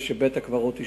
ושבית-הקברות יישמר.